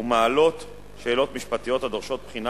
ומעלות שאלות משפטיות הדורשות בחינה